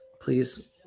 Please